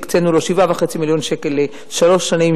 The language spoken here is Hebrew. שהקצינו לו 7.5 מיליון שקל לשלוש שנים,